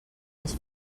les